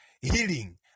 healing